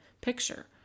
picture